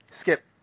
Skip